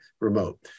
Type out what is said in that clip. remote